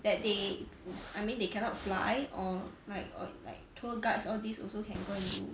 that day I mean they cannot fly or like or like tour guides all these also can go and do